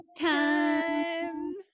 time